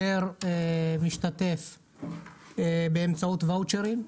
פר משתתף באמצעות וואצ'רים.